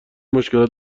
مشکلات